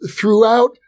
throughout